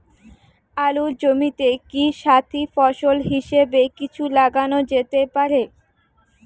আলুর জমিতে কি সাথি ফসল হিসাবে কিছু লাগানো যেতে পারে?